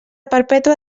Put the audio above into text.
perpètua